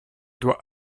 doit